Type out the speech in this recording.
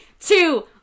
two